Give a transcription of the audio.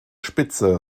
spitze